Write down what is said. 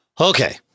Okay